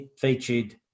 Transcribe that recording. featured